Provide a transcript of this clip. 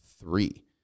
three